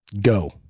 Go